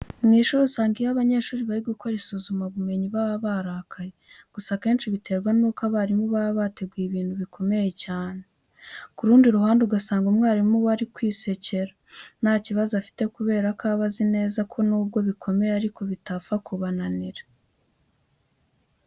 Mu ishuri usanga iyo abanyeshuri bari gukora isuzumabumenyi baba barakaye, gusa akenshi biterwa nuko abarimu baba bateguye ibintu bikomeye cyane. Ku rundi ruhande ugasanga umwarimu we ari kwisekera, nta kibazo afite kubera ko aba azi neza ko nubwo bikomeye ariko bitapfa kubananira.